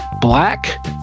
black